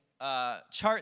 chart